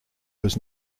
was